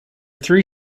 three